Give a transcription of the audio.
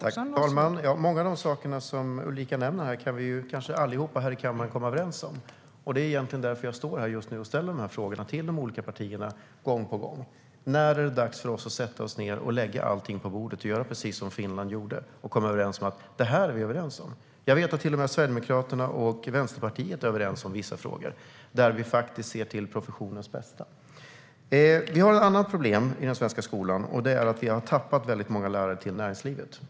Fru talman! Många av de saker som Ulrika Carlsson nämner här kan kanske alla här i kammaren komma överens om. Det är egentligen därför som jag står här just nu och ställer dessa frågor till de olika partierna gång på gång. När är det dags för oss att sätta oss ned och lägga allting på bordet och göra precis som man gjorde i Finland och komma överens om vad vi är överens om? Jag vet att till och med Sverigedemokraterna och Vänsterpartiet är överens om vissa frågor, där vi faktiskt ser till professionens bästa. Vi har ett annat problem i den svenska skolan, nämligen att vi har tappat väldigt många lärare till näringslivet.